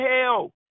hell